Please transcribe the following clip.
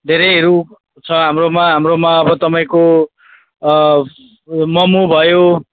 धेरैहरू छ हाम्रोमा हाम्रोमा अब तपाईँको मोमो भयो